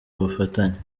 ubufatanye